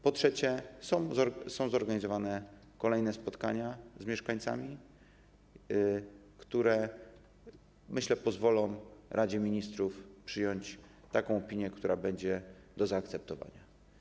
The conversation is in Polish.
Po czwarte, są zorganizowane kolejne spotkania z mieszkańcami, które - myślę - pozwolą Radzie Ministrów przyjąć taką opinię, która będzie do zaakceptowania.